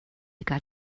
got